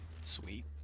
Sweet